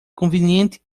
conveniente